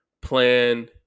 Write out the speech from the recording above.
plan